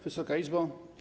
Wysoka Izbo!